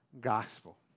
gospel